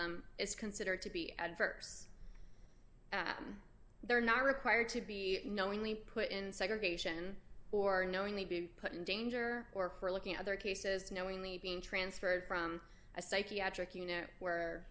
them is considered to be adverse they're not required to be knowingly put in segregation or knowingly be put in danger or for looking at their cases knowingly being transferred from a psychiatric you know where